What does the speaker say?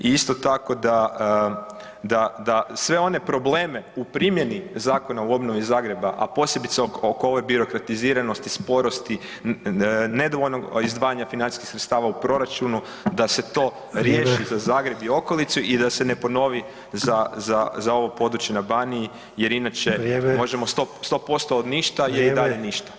I isto tako da sve one probleme u primjeni Zakona o obnovi Zagreba a posebice oko ove birokratiziranosti, sporosti, nedovoljnog izdvajanja financijskih sredstava u proračunu da se to riješi za Zagreb i okolicu i da se ne ponovi za ovo područje na Baniji jer inače možemo sto posto ništa je i dalje ništa.